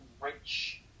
rich